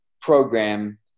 program